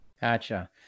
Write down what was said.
Gotcha